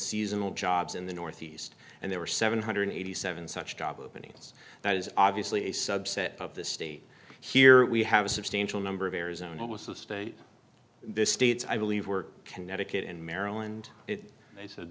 seasonal jobs in the northeast and there were seven hundred and eighty seven dollars such job openings that is obviously a subset of the state here we have a substantial number of arizona was the state this states i believe were connecticut and maryland it they said